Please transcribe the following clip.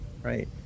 Right